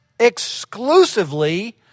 exclusively